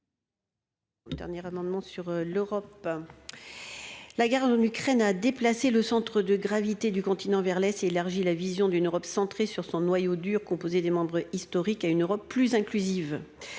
Dernier amendement sur l'Europe. La gare de l'Ukraine a déplacé le centre de gravité du continent vers l'Est élargit la vision d'une Europe centrée sur son noyau dur, composé des membres historiques à une Europe plus inclusive.